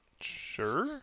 Sure